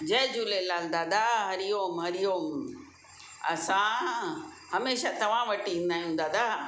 जय झूलेलाल दादा हरिओम हरिओम असां हमेशह तव्हां वटि ईंदा आहियूं दादा